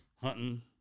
hunting